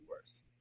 worse